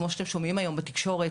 כמו שאתם שומעים בתקשורת.